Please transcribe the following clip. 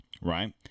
right